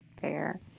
Fair